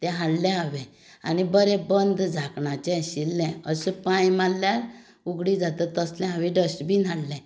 तें हाडलें हांवें आनी बरें बंद दापण्याचें आशिल्लें अशें पांय मारल्यार उगडी जाता तसलें हांवें डस्टबीन हाडलें